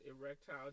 erectile